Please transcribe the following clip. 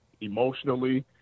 emotionally